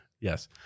Yes